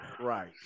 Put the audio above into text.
Right